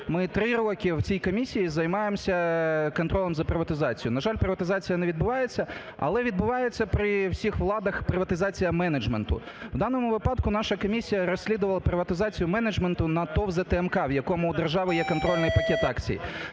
Ми 3 роки в цій комісії займаємося контролем за приватизацією. На жаль, приватизація не відбувається, але відбувається при всіх владах приватизація менеджменту. У даному випадку наша комісія розслідувала приватизацію менеджменту на ТОВ "ЗТМК", в якому у держави є контрольний пакет акцій.